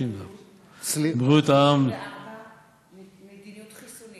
(מדיניות חיסונים